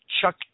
Chuck